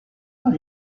can